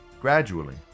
gradually